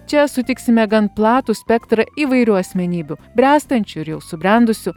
čia sutiksime gan platų spektrą įvairių asmenybių bręstančių ir jau subrendusių